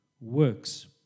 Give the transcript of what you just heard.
works